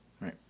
right